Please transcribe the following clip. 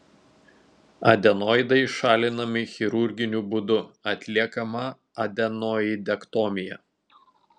adenoidai šalinami chirurginiu būdu atliekama adenoidektomija